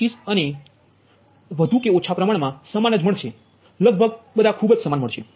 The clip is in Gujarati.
04725 અને આ વધુ કે ઓછા પ્રમાણ મા સમાન જ છે લગભગ બધા ખૂબ સમાન જ છે